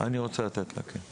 אני רוצה לתת לה, כן.